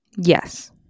Yes